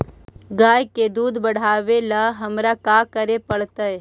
गाय के दुध बढ़ावेला हमरा का करे पड़तई?